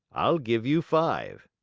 i'll give you five.